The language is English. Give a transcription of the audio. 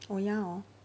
oh ya hor